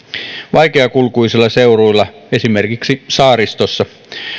vaikeakulkuisilla seuduilla esimerkiksi saaristossa